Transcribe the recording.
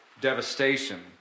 devastation